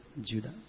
Judas